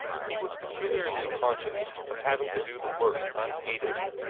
he was peculiarly conscious of having to do the work unaided.